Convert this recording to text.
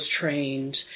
trained